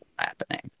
Happening